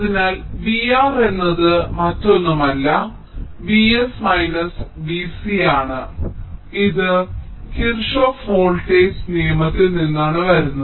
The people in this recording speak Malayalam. അതിനാൽ V R എന്നത് മറ്റൊന്നുമല്ല Vs മൈനസ് V c ആണ് അതിനാൽ ഇത് കിർഷോഫ് വോൾട്ടേജ് നിയമത്തിൽ നിന്നാണ് വരുന്നത്